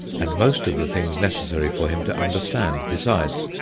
and most of the things necessary for him to understand besides.